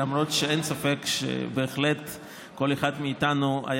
למרות שאין ספק שבהחלט כל אחד מאיתנו היה